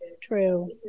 true